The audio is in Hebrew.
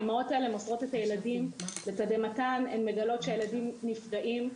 האימהות האלה מוסרות את הילדים ולתדהמתן הן מגלות שהילדים נפגעים,